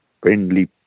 friendly